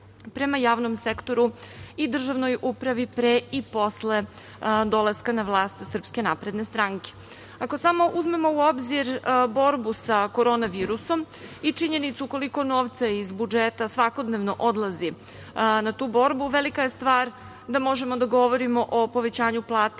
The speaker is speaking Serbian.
prema javnom sektoru i državnoj upravi pre i posle dolaska na vlast SNS.Ako samo uzmemo u obzir borbu sa korona virusom i činjenicu koliko novca iz budžeta svakodnevno odlazi na tu borbu, velika je stvar da možemo da govorimo o povećanju plata